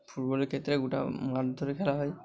ফুটবলের ক্ষেত্রে গোটা মাঠ ধরে খেলা হয়